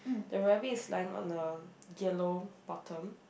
the rabbit is lying on a yellow bottom